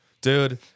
dude